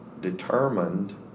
determined